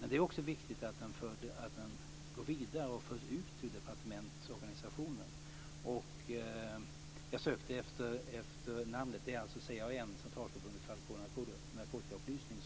Men det är viktigt att den verksamheten går vidare och förs ut ur departementsorganisationen. Jag sökte efter namnet: det är alltså CAN, Centralförbundet för alkohol och narkotikaupplysning.